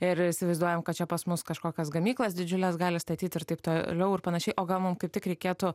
ir įsivaizduojam kad čia pas mus kažkokias gamyklas didžiules gali statyt ir taip toliau ir panašiai o gal mum kaip tik reikėtų